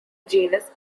genus